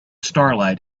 starlight